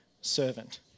servant